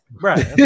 right